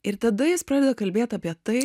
ir tada jis pradeda kalbėt apie tai